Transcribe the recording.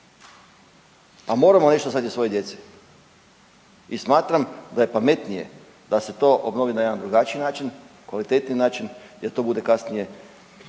a moramo nešto ostaviti svojoj djeci. I smatram da je pametnije da se to obnovi na jedan drugačiji način, kvalitetniji način jer to bude kasnije